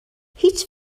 هیچ